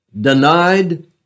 denied